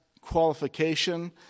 qualification